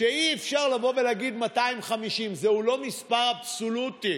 שאי-אפשר לבוא ולהגיד: 250. זהו לא מספר אבסולוטי.